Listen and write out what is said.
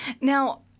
Now